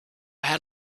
had